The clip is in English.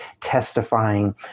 testifying